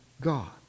God